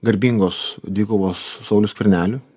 garbingos dvikovos saulių skvernelį